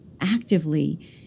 actively